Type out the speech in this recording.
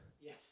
Yes